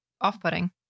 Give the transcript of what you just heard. off-putting